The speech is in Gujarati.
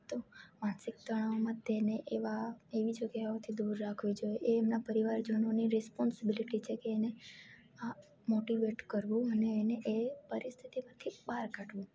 તો માનસિક તણાવમાં તેને એવા એવી જગ્યાઓથી દૂર રાખવી જોઈએ એ એમના પરિવારજનોની રિસપોન્સબલિટી છે કે એને આ મોટીવેટ કરવું અને એને એ પરિસ્થિતિમાંથી બહાર કાઢવું